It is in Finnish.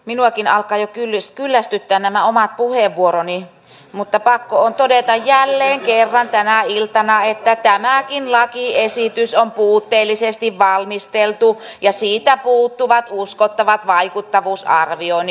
minuakin alkavat jo kyllästyttää nämä omat puheenvuoroni mutta pakko on todeta jälleen kerran tänä iltana että tämäkin lakiesitys on puutteellisesti valmisteltu ja siitä puuttuvat uskottavat vaikuttavuusarvioinnit